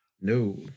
no